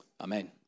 Amen